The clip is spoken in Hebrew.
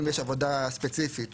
אם יש עבודה ספציפית,